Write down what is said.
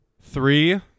three